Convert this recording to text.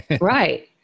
right